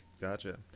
Gotcha